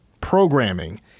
programming